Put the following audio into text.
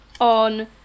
on